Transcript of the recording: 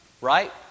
right